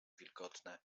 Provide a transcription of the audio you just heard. wilgotne